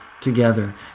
together